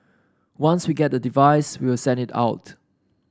once we get the advice we will send it out